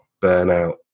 burnout